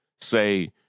say